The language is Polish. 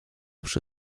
przy